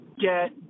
get